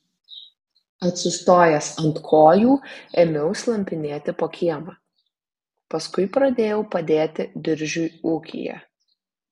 atsistojęs ant kojų ėmiau slampinėti po kiemą paskui pradėjau padėti diržiui ūkyje